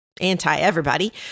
anti-everybody